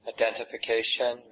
identification